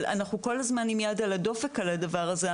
אבל אנחנו כל הזמן עם יד על הדופק על הדבר הזה.